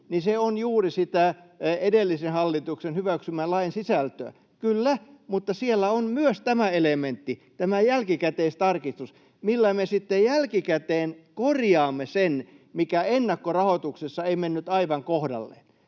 puhun, on juuri sitä edellisen hallituksen hyväksymää lain sisältöä. Kyllä, mutta siellä on myös tämä elementti, tämä jälkikäteistarkistus, millä me sitten jälkikäteen korjaamme sen, mikä ennakkorahoituksessa ei mennyt aivan kohdalleen.